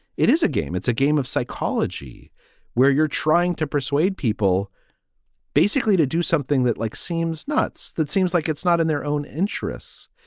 it is a game it's a game of psychology where you're trying to persuade people basically to do something that, like, seems nuts. that seems like it's not in their own interests.